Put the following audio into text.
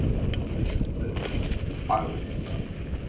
this is the irony about it.